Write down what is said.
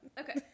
okay